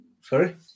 Sorry